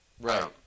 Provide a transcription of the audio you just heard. Right